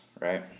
right